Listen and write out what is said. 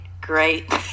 great